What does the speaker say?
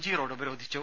G road ഉപരോധിച്ചു